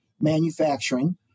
manufacturing